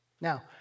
Now